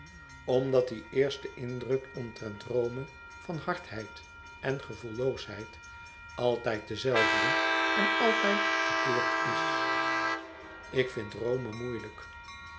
omdat die eerste indruk omtrent rome van hardheid en gevoelloosheid altijd de zelfde en altijd verkeerd is ik vind rome moeilijk